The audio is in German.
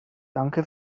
danke